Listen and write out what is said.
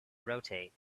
rotate